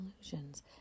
illusions